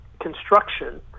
construction